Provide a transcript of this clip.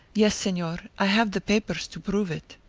yes, senor i have the papers to prove it.